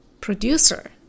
producer